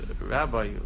rabbi